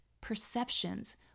perceptions